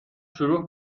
شروع